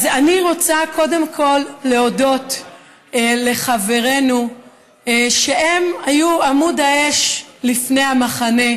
אני רוצה קודם כול להודות לחברינו שהם היו עמוד האש לפני המחנה,